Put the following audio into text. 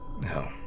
No